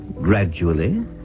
gradually